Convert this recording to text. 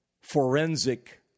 forensic